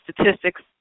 statistics